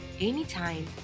anytime